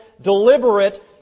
deliberate